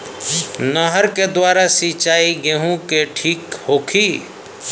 नहर के द्वारा सिंचाई गेहूँ के ठीक होखि?